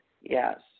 Yes